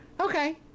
okay